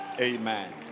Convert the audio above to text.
Amen